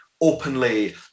openly